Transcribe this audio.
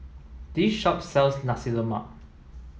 this shop sells Nasi Lemak